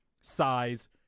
size